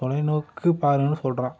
தொலைநோக்கு பார்வைன்னு சொல்கிறோம்